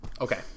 Okay